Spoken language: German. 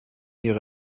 ihre